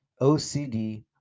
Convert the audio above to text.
OCD